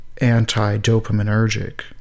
anti-dopaminergic